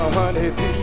honey